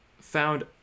found